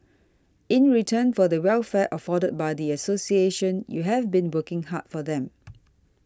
in return for the welfare afforded by the association you have been working hard for them